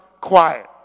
Quiet